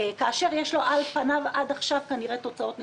כאשר יש לו על פניו עד עכשיו כנראה תוצאות נכונות.